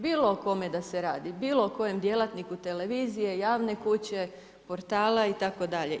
Bilo o kome da se radi, bilo o kojem djelatniku televizije, javne kuće, portala itd.